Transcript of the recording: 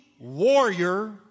warrior